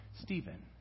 Stephen